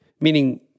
meaning